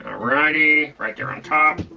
alrighty, right there on top.